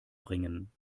bringen